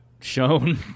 shown